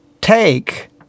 take